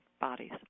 bodies